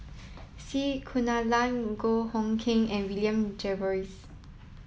C Kunalan Goh Hood Keng and William Jervois